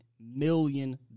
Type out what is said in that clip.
million